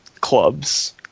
clubs